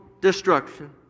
destruction